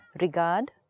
regard